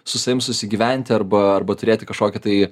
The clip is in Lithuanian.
su savim susigyventi arba arba turėti kažkokį tai